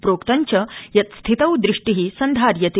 प्रोक्तञ्च यत् स्थितौ दृष्टि सन्धार्यते